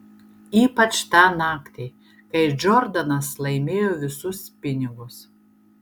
ypač tą naktį kai džordanas laimėjo visus pinigus